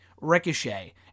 Ricochet